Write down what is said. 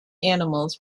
animals